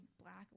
black